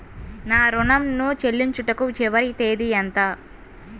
నా ఋణం ను చెల్లించుటకు చివరి తేదీ ఎంత?